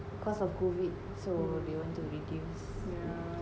because of COVID so they want to reduce